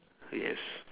yes